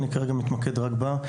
אני כרגע מתמקד רק בה,